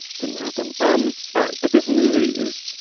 didn't happen. um all right. but this movie is.